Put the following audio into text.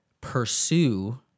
pursue